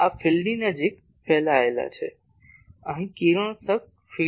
આ ફિલ્ડની નજીક ફેલાયેલ છે અહીં કિરણોત્સર્ગી ફિલ્ડ છે